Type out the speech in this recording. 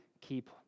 keep